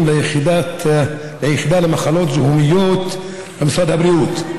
ליחידה למחלות זיהומיות במשרד הבריאות.